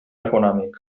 econòmic